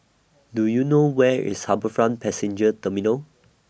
Do YOU know Where IS HarbourFront Passenger Terminal